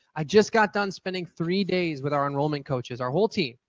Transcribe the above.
i just got done spending three days with our enrollment coaches, our whole team.